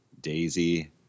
Daisy